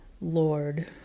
lord